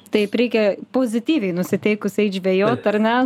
taip reikia pozityviai nusiteikus eit žvejot ar ne